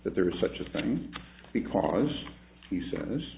that there is such a thing because he s